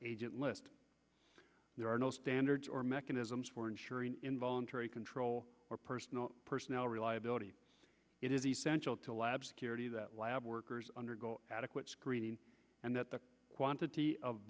agent list there are no standards or mechanisms for ensure involuntary control or personal personnel reliability it is essential to lab security that lab workers undergo adequate screening and that the quantity of